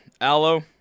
aloe